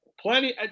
plenty